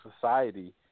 society